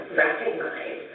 recognize